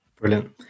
brilliant